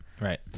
Right